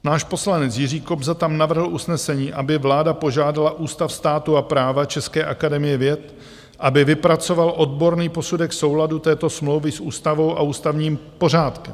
Náš poslanec Jiří Kobza tam navrhl usnesení, aby vláda požádala Ústav státu a práva České akademie věd, aby vypracoval odborný posudek souladu této smlouvy s ústavou a ústavním pořádkem.